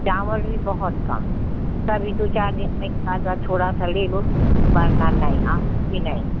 चावल भी बहुत कम कभी दो चार दिन में सादा थोड़ा सा ले लो वरना नहीं भी नहीं